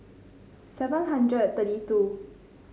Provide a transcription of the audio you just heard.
seven hundred and thirty two